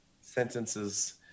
sentences